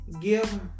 give